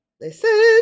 Listen